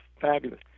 fabulous